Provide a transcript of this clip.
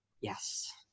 Yes